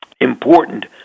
important